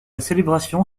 célébration